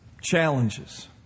Challenges